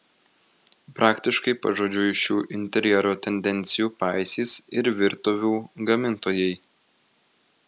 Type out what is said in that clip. praktiškai pažodžiui šių interjero tendencijų paisys ir virtuvių gamintojai